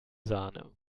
sahne